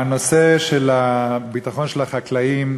ההצבעה איננה